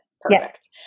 perfect